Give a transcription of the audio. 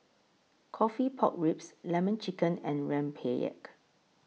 Coffee Pork Ribs Lemon Chicken and Rempeyek